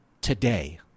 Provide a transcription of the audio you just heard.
today